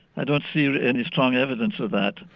i don't see any strong evidence of that.